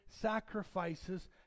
sacrifices